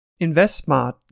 InvestSmart